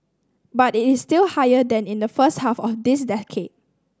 but it is still higher than in the first half of this decade